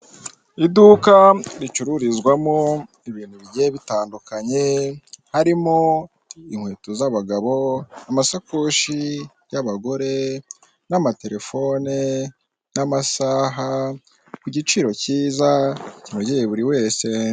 Iduka ricururizwamo ibintu bigiye bitandukanye harimo inkweto z'abagabo, amasakoshi y'abagore, n'amatelefone, n'amasaha ku giciro cyiza kinogeye buri wese.